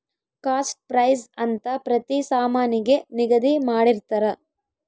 cost price ಅಂತ ಪ್ರತಿ ಸಾಮಾನಿಗೆ ನಿಗದಿ ಮಾಡಿರ್ತರ